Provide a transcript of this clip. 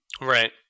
Right